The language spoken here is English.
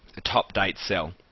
the top date cell.